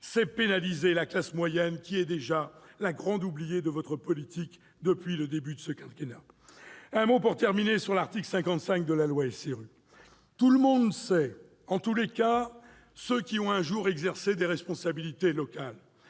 c'est pénaliser la classe moyenne, qui est déjà la grande oubliée de votre politique depuis le début de ce quinquennat. Un mot, pour terminer, de l'article 55 de la loi SRU. Tout le monde sait- en tout cas ceux qui ont un jour exercé des responsabilités locales